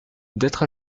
d’être